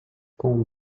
com